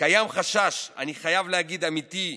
קיים חשש, אני חייב להגיד אמיתי,